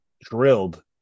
drilled